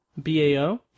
Bao